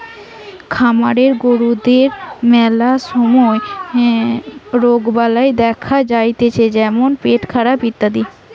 খামারের গরুদের ম্যালা সময় রোগবালাই দেখা যাতিছে যেমন পেটখারাপ ইত্যাদি